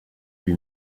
lui